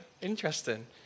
Interesting